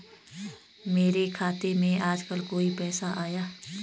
मेरे खाते में आजकल कोई पैसा आया?